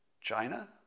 China